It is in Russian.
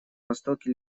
востоке